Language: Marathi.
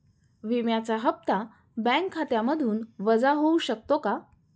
विम्याचा हप्ता बँक खात्यामधून वजा होऊ शकतो का?